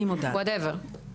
ווטאבר.